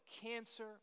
cancer